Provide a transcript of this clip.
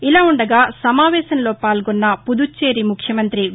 ఇలా ఉండగా సమావేశంలో పాల్గొన్న పుదుచ్ఛేరి ముఖ్యమంతి వి